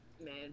man